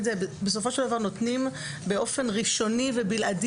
בסופו של דבר נותנים באופן ראשוני ובלעדי